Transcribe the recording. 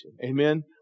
Amen